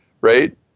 right